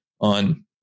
on